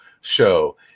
show